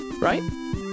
right